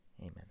Amen